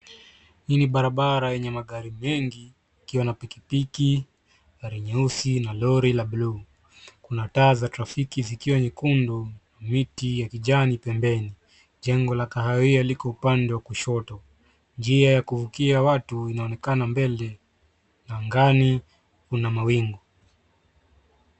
Hii ni barabara yenye magari mengi ikiwa na pikipiki, gari nyeusi na lori la bluu. Kuna taa za trafiki zikiwa nyekundu, miti ya kijani pembeni. Jengo la kahawia liko upande wa kushoto. Njia ya kuvukia watu inaonekana mbele na angani kuna mawingu.